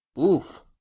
Oof